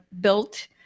built